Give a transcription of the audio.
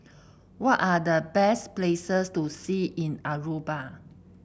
what are the best places to see in Aruba